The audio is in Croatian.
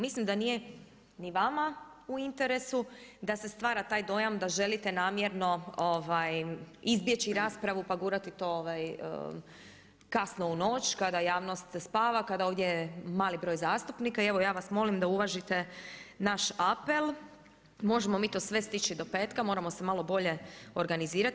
Mislim da nije ni vama u interesu da se stvara taj dojam da želite namjerno izbjeći raspravu pa gurati to kasno u noć, kada javnost spava, kada je ovdje mali broj zastupnika i evo ja vas molim da uvažite naš apel, možemo mi to sve stići do petka, moramo se malo bolje organizirati.